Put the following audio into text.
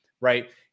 right